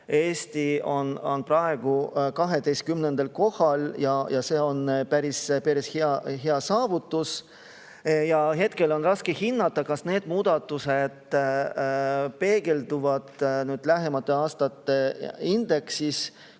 Eesti on praegu 12. kohal ja see on päris hea saavutus. Hetkel on raske hinnata, kas need muudatused peegelduvad lähemate aastate indeksis,